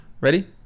Ready